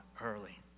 early